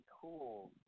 cool